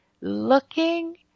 looking